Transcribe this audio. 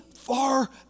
far